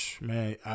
man